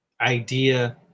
idea